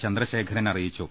ചന്ദ്രശേഖരൻ അറിയിച്ചു